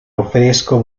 ofrezco